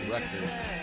Records